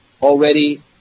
already